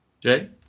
Jay